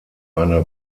eine